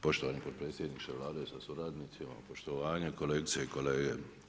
Poštovani potpredsjedniče Vlade sa suradnicima, poštovanje, kolegice i kolege.